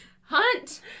Hunt